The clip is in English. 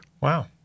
Wow